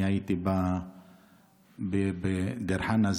הייתי בדיר חנא.